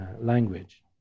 language